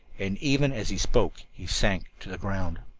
and even as he spoke he sank to the ground.